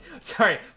sorry